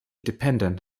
dependent